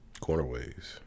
Cornerways